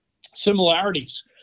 similarities